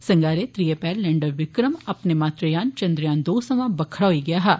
संगारें त्रियै पैहर लैंडर विक्रम अपने मातृयान चंद्रयान दो सवां बक्खरा होआ हा